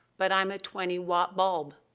but i'm a twenty watt bulb,